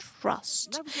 trust